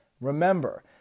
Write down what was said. Remember